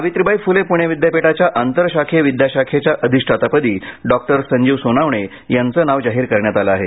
सावित्रीबाई फूले पूणे विद्यापीठाच्या आंतरशाखीय विद्याशाखेच्या अधिष्ठातापदी डॉक्टर संजीव सोनावणे यांचं नाव जाहीर करण्यात आलं आहे